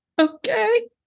Okay